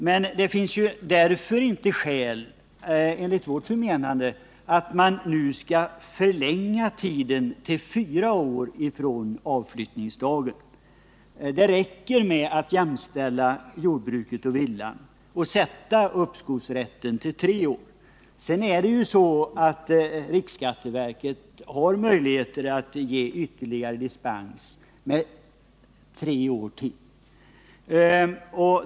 Men det finns därför enligt vårt förmenande inte skäl till att nu förlänga tiden till fyra år från försäljningsdagen. Det räcker med att jämställa jordbruksfastighet och villa och sätta uppskovsrätten till tre år. Sedan är det ju så att riksskatteverket har möjligheter att ge dispens med ytterligare tre år.